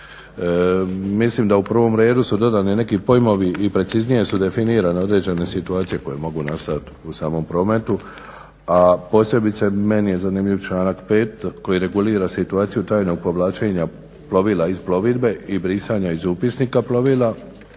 Mislim da u prvom redu su dodani i neki pojmovi i preciznije su definirane određene situacije koje mogu nastajat u samom prometu a posebice meni je zanimljiv članak 5. koji regulira situaciju tajnog povlačenja plovila iz plovidbe i brisanja iz upisnika plovila,